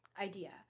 idea